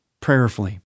prayerfully